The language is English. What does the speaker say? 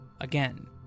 again